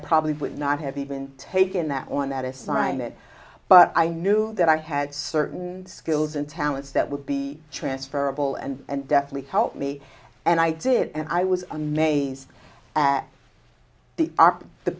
probably would not have even taken that on that assignment but i knew that i had certain skills and talents that would be transferable and definitely helped me and i did and i was amazed at the